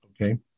okay